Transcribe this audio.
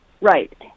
right